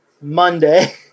Monday